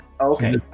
Okay